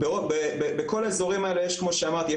בכל האזורים האלה יש כמו שאמרתי,